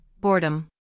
Boredom